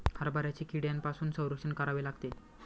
हरभऱ्याचे कीड्यांपासून संरक्षण करावे लागते